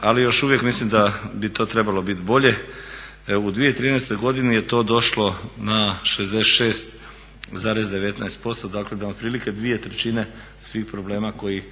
ali još uvijek mislim da bi to trebalo biti bolje. U 2013. godini je to došlo na 66,19% dakle na otprilike 2/3 svi problema koji,